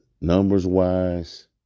numbers-wise